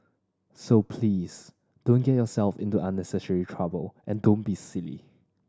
so please don't get yourself into unnecessary trouble and don't be silly